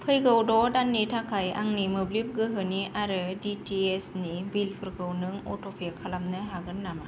फैगौ द' दाननि थाखाय आंनि मोब्लिब गोहोनि आरो डि टि एइस नि बिलफोरखौ नों अट'पे खालामनो हागोन नामा